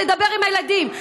תדבר עם הילדים.